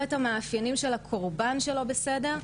זה לא באמת קורבן שיש לה איפיונים מסויימים.